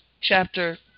chapter